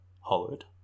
hollowed